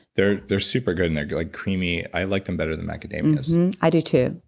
they're they're super good and they're like creamy. i like them better than macadamias i do too.